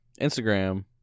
Instagram